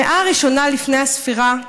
במאה הראשונה לפני הספירה,